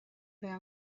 bheith